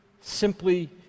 simply